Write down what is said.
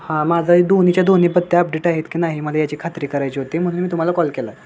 हां माझा ए दोन्हीच्या दोन्ही पत्ता अपडेट आहेत की नाही मला याची खात्री करायची होती म्हणून मी तुम्हाला कॉल केला